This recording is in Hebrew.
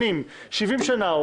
שנים 70 שנה,